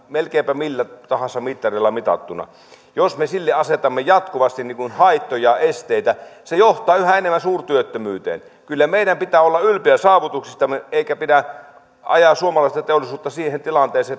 melkeinpä millä tahansa mittarilla mitattuna jos me sille asetamme jatkuvasti haittoja esteitä se johtaa yhä enemmän suurtyöttömyyteen kyllä meidän pitää olla ylpeitä saavutuksistamme eikä pidä ajaa suomalaista teollisuutta siihen tilanteeseen